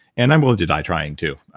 and i'm willing to die trying too,